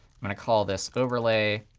i'm going to call this overlay.